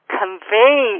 convey